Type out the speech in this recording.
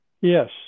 yes